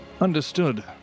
Understood